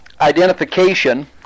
identification